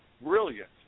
brilliant